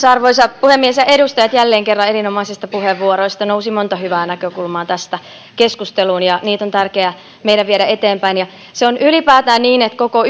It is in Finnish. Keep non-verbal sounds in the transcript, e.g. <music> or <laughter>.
<unintelligible> arvoisa puhemies kiitos edustajat jälleen kerran erinomaisista puheenvuoroista nousi monta hyvää näkökulmaa tästä keskusteluun ja niitä on tärkeä meidän viedä eteenpäin se on ylipäätään niin että koko <unintelligible>